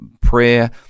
prayer